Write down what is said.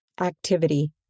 Activity